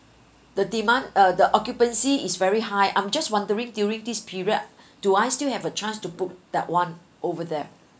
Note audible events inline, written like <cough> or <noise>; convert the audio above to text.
the demand uh the occupancy is very high I'm just wondering during this period <breath> do I still have a chance to book that one over there